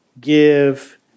give